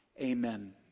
Amen